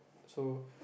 so